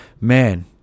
Man